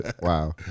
Wow